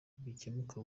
bikemuka